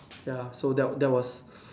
ya so that that was